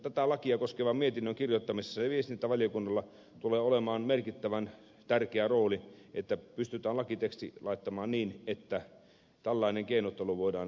tätä lakia koskevan mietinnön kirjoittamisessa viestintävaliokunnalla tulee olemaan merkittävän tärkeä rooli että pystytään lakiteksti laittamaan niin että tällainen keinottelu voidaan estää